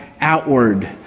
outward